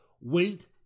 Wait